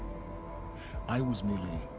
i was merely.